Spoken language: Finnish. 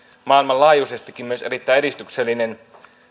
maailmanlaajuisestikin erittäin edistyksellinen